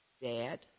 Dad